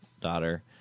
daughter